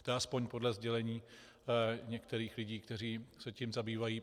To je aspoň podle sdělení některých lidí, kteří se tím zabývají.